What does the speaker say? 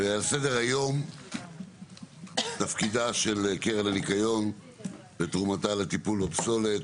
על סדר היום תפקידה של קרן הניקיון ותרומתה לטיפול בפסולת.